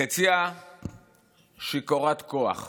חציה שיכורת כוח.